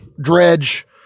dredge